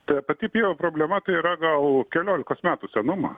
tai apie taip jo problema tai yra gal keliolikos metų senumo